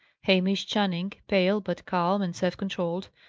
hamish channing, pale, but calm and self-controlled,